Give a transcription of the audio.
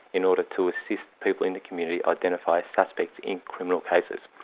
in order to assist people in the community identify suspects in criminal cases.